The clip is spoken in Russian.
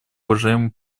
уважаемому